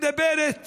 מדברת